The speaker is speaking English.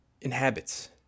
inhabits